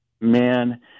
Man